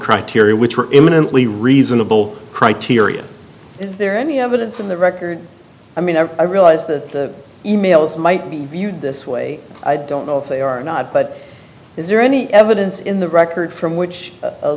criteria which were imminently reasonable criteria is there any evidence in the record i mean i realize the emails might be viewed this way i don't know if they are not but is there any evidence in the record from which